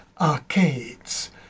arcades